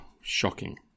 shocking